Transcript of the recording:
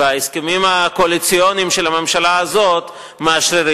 וההסכמים הקואליציוניים של הממשלה הזאת מאשררים